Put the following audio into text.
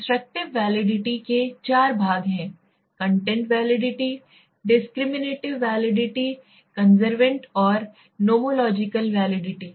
constructive validity के 4 भाग हैं content validity discriminative validity convergent और नोमोलॉजिकल वैलिडिटी